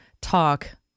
Talk